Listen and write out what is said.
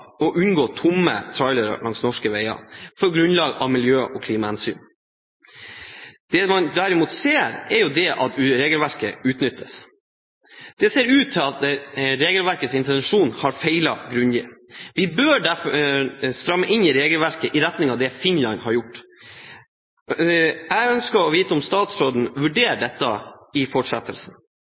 å unngå tomme trailere langs norske veier på grunn av klima- og miljøhensyn. Det man derimot ser, er at regelverket utnyttes. Det ser ut til at regelverkets intensjon har feilet grundig. Vi bør derfor stramme inn regelverket i retning av det Finland har gjort. Jeg ønsker å vite om statsråden vurderer dette i fortsettelsen.